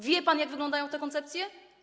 Wie pan, jak wyglądają te koncepcje?